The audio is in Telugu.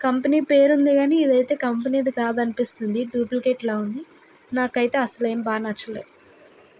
కంపెనీ పేరు ఉంది కానీ ఇదైతే కంపెనీ ది కాదనిపిస్తుంది డూప్లికెట్ లా ఉంది నాకైతే అస్సలు ఏమి బాగా నచ్చలే